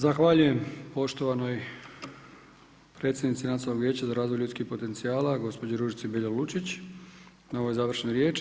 Zahvaljujem poštovanoj predsjednici Nacionalnog vijeća za razvoj ljudskih potencijala gospođi Ružici Beljo Lučić na ovoj završnoj riječi.